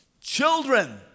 Children